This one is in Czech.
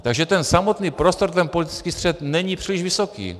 Takže ten samotný prostor, ten politický střet, není příliš vysoký.